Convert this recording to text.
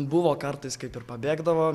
buvo kartais kaip ir pabėgdavo